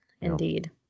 indeed